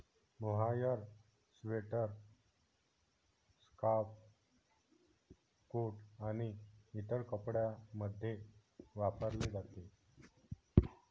mohair sweater, scarf, coat आणि इतर कपड्यांमध्ये वापरले जाते